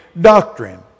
doctrine